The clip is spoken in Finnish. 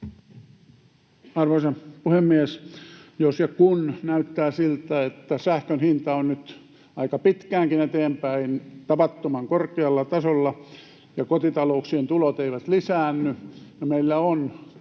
Arvoisa puhemies! Jos ja kun näyttää siltä, että sähkön hinta on nyt aika pitkäänkin eteenpäin tavattoman korkealla tasolla ja kotitalouksien tulot eivät lisäänny, ja meillä on